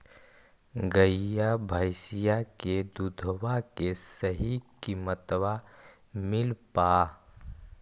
गईया भैसिया के दूधबा के सही किमतबा मिल पा?